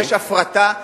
יש הפרטה.